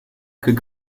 could